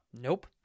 Nope